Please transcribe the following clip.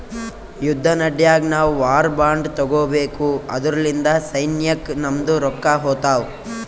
ಯುದ್ದ ನಡ್ಯಾಗ್ ನಾವು ವಾರ್ ಬಾಂಡ್ ತಗೋಬೇಕು ಅದುರ್ಲಿಂದ ಸೈನ್ಯಕ್ ನಮ್ದು ರೊಕ್ಕಾ ಹೋತ್ತಾವ್